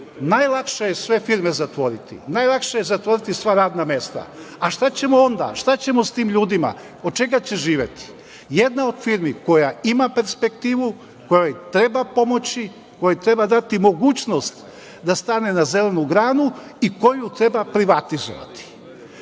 najlakše je sve firme zatvoriti. Najlakše je zatvoriti sva radna mesta. Šta će onda, šta ćemo sa tim ljudima? Od čega će živeti? Jedna od firmi koja ima perspektivu kojoj treba pomoći, kojoj treba dati mogućnost da stane na zelenu granu i koju treba privatizovati.